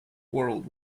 world